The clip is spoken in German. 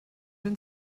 den